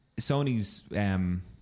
Sony's